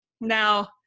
Now